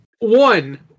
One